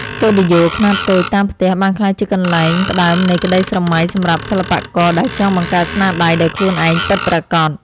ស្ទូឌីយោខ្នាតតូចតាមផ្ទះបានក្លាយជាកន្លែងផ្ដើមនៃក្ដីស្រមៃសម្រាប់សិល្បករដែលចង់បង្កើតស្នាដៃដោយខ្លួនឯងពិតប្រាកដ។